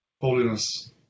Holiness